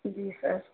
جی سر